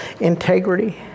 integrity